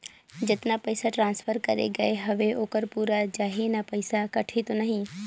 जतना पइसा ट्रांसफर करे गये हवे ओकर पूरा जाही न पइसा कटही तो नहीं?